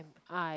I